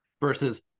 versus